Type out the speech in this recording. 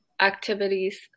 activities